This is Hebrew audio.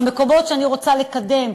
והראיתי לו שבמקומות שאני רוצה לקדם,